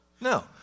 No